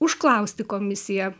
užklausti komisiją